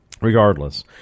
regardless